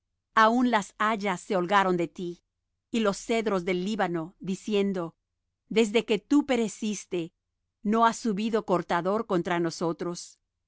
aun las hayas se holgaron de ti y los cedros del líbano diciendo desde que tú pereciste no ha subido cortador contra nosotros